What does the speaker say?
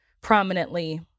prominently